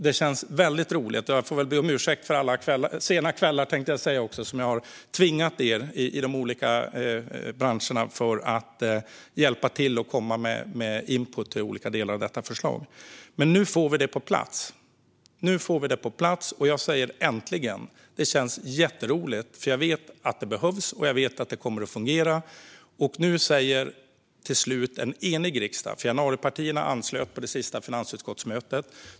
Det känns väldigt roligt, och jag får väl be om ursäkt för alla sena kvällar då jag har tvingat er i de olika branscherna att hjälpa till och komma med input till olika delar i detta förslag. Men nu får vi det på plats, och jag säger: Äntligen! Det känns jätteroligt, för jag vet att det behövs, och jag vet att det kommer att fungera. Nu säger till slut en enig riksdag ja till detta, för januaripartierna anslöt på det senaste finansutskottsmötet.